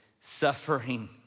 suffering